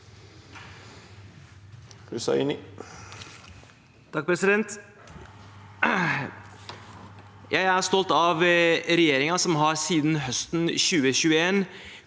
Jeg er stolt av regjer- ingen, som siden høsten 2021